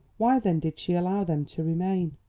why then did she allow them to remain,